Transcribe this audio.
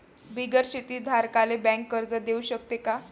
बिगर शेती धारकाले बँक कर्ज देऊ शकते का?